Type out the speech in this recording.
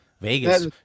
Vegas